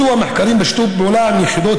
ביצוע מחקרים בשיתוף פעולה עם יחידות